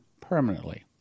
permanently